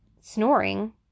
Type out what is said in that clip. snoring